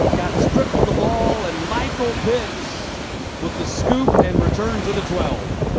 got stripped of the ball and michael pitts with the scoop and return to the twelve.